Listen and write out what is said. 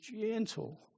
gentle